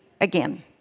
again